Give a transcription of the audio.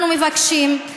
אנחנו מבקשים,